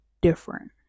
different